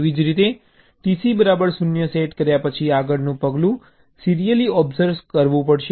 તેવી જ રીતે TC બરાબર 0 સેટ કર્યા પછી આગળનું પગલું સીરિયલી ઓબ્સર્વ કરવું પડશે